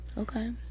Okay